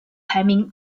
排名